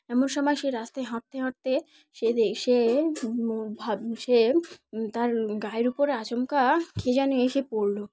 এমন সময় সে রাস্তায় হাঁটতে হাঁটতে সে দে সে ভাব সে তার গায়ের উপর আচমকা কে যেন এসে পড়লো